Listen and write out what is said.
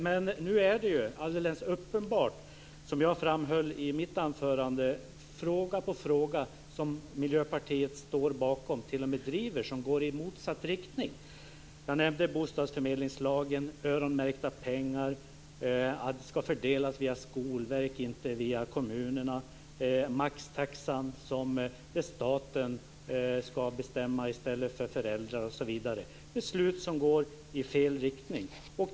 Men nu är det alldeles uppenbart, som jag framhöll i mitt anförande, så att fråga efter fråga som Miljöpartiet står bakom och t.o.m. driver går i motsatt riktning. Jag nämnde bostadsförmedlingslagen, att öronmärkta pengar ska fördelas via Skolverket och inte via kommunerna, maxtaxan där det är staten i stället för föräldrarna som ska bestämma, osv. Det är beslut som går i fel riktning.